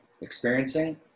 experiencing